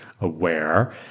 aware